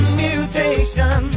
mutation